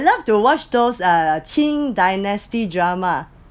I love to watch those uh qing dynasty drama